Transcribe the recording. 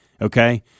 Okay